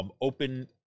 open